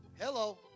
Hello